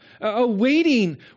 awaiting